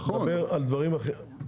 אני מדבר על דברים אחרים.